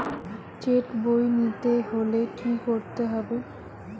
Check বই নিতে হলে কি করতে হবে?